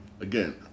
Again